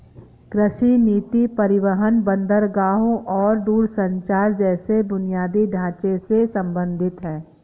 कृषि नीति परिवहन, बंदरगाहों और दूरसंचार जैसे बुनियादी ढांचे से संबंधित है